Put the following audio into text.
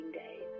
days